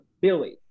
Billy